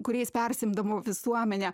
kuriais persiimdamu visuomenė